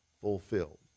fulfilled